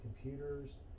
computers